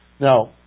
Now